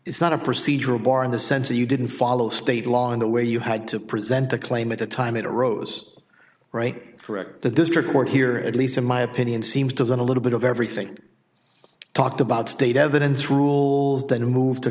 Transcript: it's not a procedural bar in the sense that you didn't follow state law in the way you had to present the claim at the time it arose correct the district court here at least in my opinion seems to that a little bit of everything talked about state evidence rules then moved to